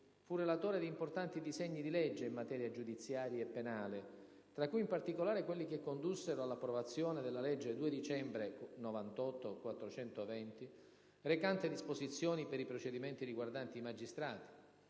fu relatore di importanti disegni di legge in materia giudiziaria e penale, tra cui, in particolare, quelli che condussero all'approvazione della legge 2 dicembre 1998, n. 420, recante disposizioni per i procedimenti riguardanti i magistrati,